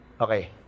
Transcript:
okay